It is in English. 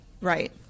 right